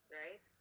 right